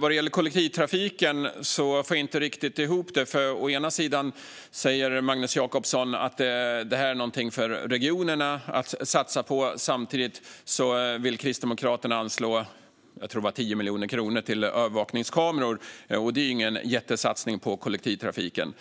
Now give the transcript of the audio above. Vad gäller kollektivtrafiken får jag inte riktigt ihop det. Å ena sidan säger nämligen Magnus Jacobsson att detta är någonting för regionerna att satsa på, men å andra sidan vill Kristdemokraterna anslå 10 miljoner kronor - tror jag att det var - till övervakningskameror. Det är ingen jättesatsning på kollektivtrafiken.